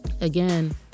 Again